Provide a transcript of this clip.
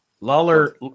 Lawler